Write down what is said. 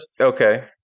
Okay